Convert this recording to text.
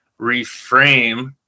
reframe